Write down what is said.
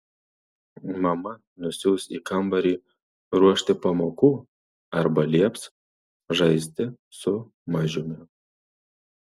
mama nusiųs į kambarį ruošti pamokų arba lieps žaisti su mažiumi